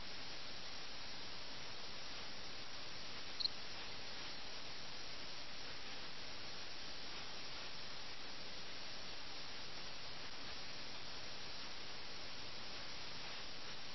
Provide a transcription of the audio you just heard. ഈ വാക്കുകളെല്ലാം സൂചിപ്പിക്കുന്നത് ആളുകൾ അപമാനിക്കപ്പെട്ടു അവർ സമൂഹത്തിൽ തരംതാഴ്ത്തപ്പെട്ടു അവരുടെ വ്യക്തിത്വം എങ്ങനെയോ മാറ്റപ്പെട്ടിരിക്കുന്നു എന്നാണ്